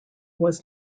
was